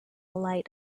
light